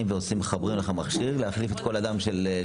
ומחברים לך מחשב כדי להחליף את כל הדם.